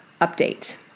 update